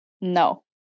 No